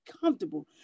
comfortable